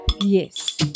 yes